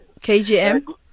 KGM